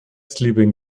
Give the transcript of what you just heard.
sleeping